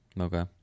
Okay